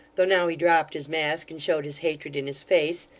though now he dropped his mask, and showed his hatred in his face,